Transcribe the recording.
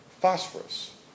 phosphorus